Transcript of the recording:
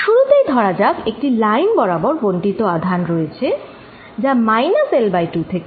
শুরুতেই ধরা যাক একটি লাইন বরাবর বন্টিত আধান রয়েছে যা মাইনাস L2 থেকে L2 অবধি বিস্তৃত